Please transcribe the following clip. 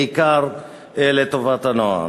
בעיקר לטובת הנוער.